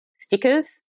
stickers